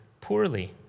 poorly